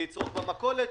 שיצרוך במכולת,